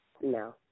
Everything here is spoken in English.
No